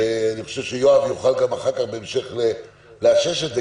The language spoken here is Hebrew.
ואני חושב שיואב יכול אחר כך לאושש את זה.